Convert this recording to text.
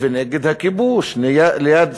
ונגד הכיבוש, לצד